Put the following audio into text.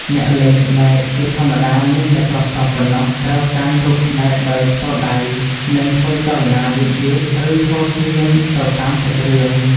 អ្នកលេងស្បែកជាធម្មតាមានតែប្រុសៗប៉ុណ្ណោះ ត្រូវកាន់រូបស្បែកដោយផ្ទាល់ដៃ និងធ្វើចលនាយឺតៗ ឬឈរស្ងៀមទៅតាមសាច់រឿង ។